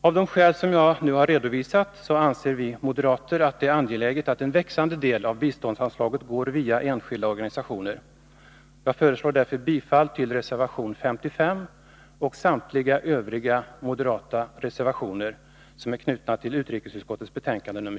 Av de skäl som jag här har redovisat anser vi moderater, att det är angeläget att en växande del av biståndsanslaget går via enskilda organisationer. Jag föreslår därför bifall till reservation 55 och samtliga övriga moderata reservationer som är knutna till utrikesutskottets betänkande nr